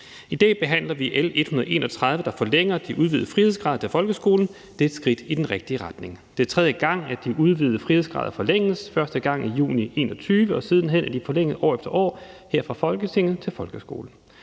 I dag behandler vi L 131, der forlænger de udvidede frihedsgrader til folkeskolen. Det er et skridt i den rigtige retning. Det er tredje gang, at de udvidede frihedsgrader til folkeskolen forlænges. Første gang var i juni 2021 og siden hen er de forlænget år efter år her fra Folketingets side.